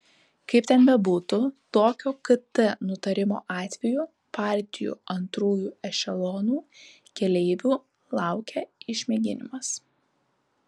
kaip ten bebūtų tokio kt nutarimo atveju partijų antrųjų ešelonų keleivių laukia išmėginimas